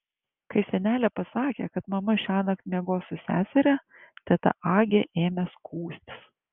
kai senelė pasakė kad mama šiąnakt miegos su seseria teta agė ėmė skųstis